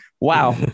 Wow